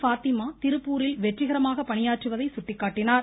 பாத்திமா திருப்பூரில் வெற்றிகரமாக பணியாற்றுவதை சுட்டிக்காட்டினார்